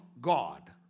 God